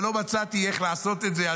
אבל לא מצאתי איך לעשות את זה.